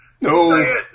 No